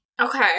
Okay